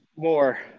more